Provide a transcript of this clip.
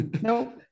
No